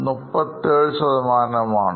Secured Loans 37 ആണ്